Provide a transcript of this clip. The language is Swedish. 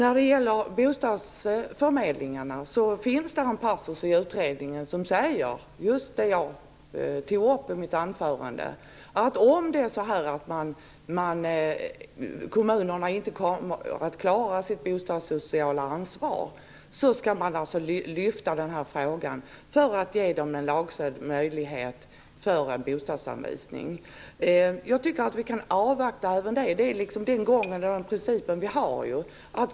Vad gäller bostadsförmedlingarna finns en passus i utredningen som säger just det jag tog upp i mitt anförande, att om kommunerna inte kommer att klara av att ta sitt bostadssociala ansvar skall frågan lyftas, för att ge kommunerna en lagstödd möjlighet till bostadsanvisning. Jag tycker att vi kan avvakta även den frågan. Det är den principen vi följer.